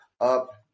up